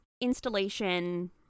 installation